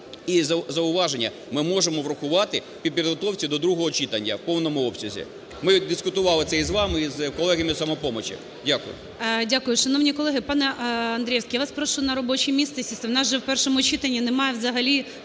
і зауваження ми можемо врахувати при підготовці до другого читання в повному обсязі. Ми дискутували це і з вами, і з колегами з "Самопомочі". Дякую. ГОЛОВУЮЧИЙ. Дякую. Шановні колеги! Пане Андрієвський, я вас прошу на робоче місце сісти. У нас же в першому читанні немає взагалі